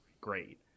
great